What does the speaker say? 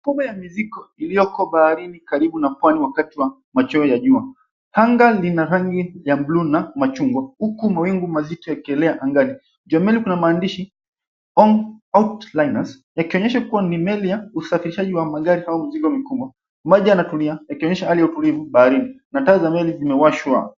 Kubwa ya mizigo iliyoko baharini karibu na pwani wakati wa machweo ya jua. Anga lina rangi ya bluu na machungwa, huku mawingu mazito yakielea angani. Juu ya meli kuna maandishi Ong Outliners yakionyesha kua ni meli ya usafirishaji wa magari au mizigo mikubwa. Maji yanatulia yakionyesha utulivu baharini na taa za meli zimewashwa.